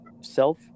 self